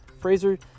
Fraser